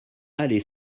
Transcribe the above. allée